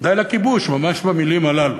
"די לכיבוש"; ממש במילים האלה.